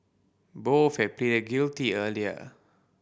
both had pleaded guilty earlier